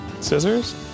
scissors